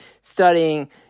studying